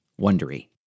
Wondery